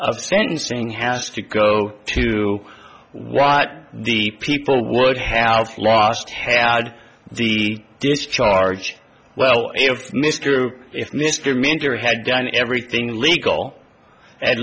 of sentencing has to go to what the people would have lost had the discharge well if mr group if mr mentor had done everything legal and